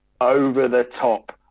over-the-top